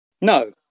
No